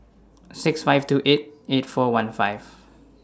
six five two eight eight four one five